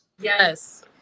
yes